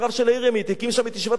הקים שם את ישיבת ההסדר בכפר-דרום,